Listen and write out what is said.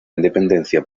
independencia